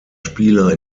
spieler